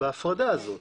בהפרדה הזאת.